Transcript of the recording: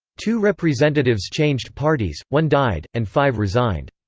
two representatives changed parties, one died, and five resigned.